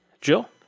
Jill